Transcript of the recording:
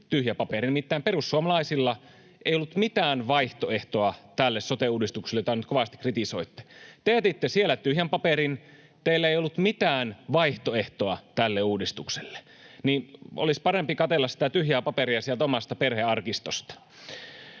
tyhjä paperi — nimittäin perussuomalaisilla ei ollut mitään vaihtoehtoa tälle sote-uudistukselle, jota nyt kovasti kritisoitte. Kun te jätitte siellä tyhjän paperin eikä teillä ollut mitään vaihtoehtoa tälle uudistukselle, niin olisi parempi katsella sitä tyhjää paperia sieltä omasta perhearkistosta.